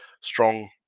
strong